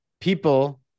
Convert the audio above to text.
people